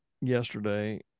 yesterday